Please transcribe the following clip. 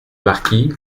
marquis